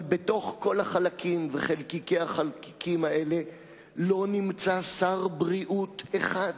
אבל בתוך כל החלקים וחלקיקי החלקיקים האלה לא נמצא שר בריאות אחד.